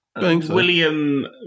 William